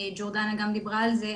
ג'ורדנה גם דיברה על זה,